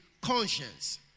conscience